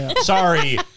Sorry